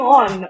on